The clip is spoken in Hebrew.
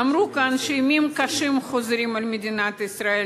אמרו כאן שימים קשים חוזרים אל מדינת ישראל,